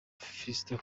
fiston